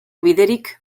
biderik